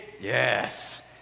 yes